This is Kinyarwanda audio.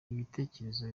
ibitekerezo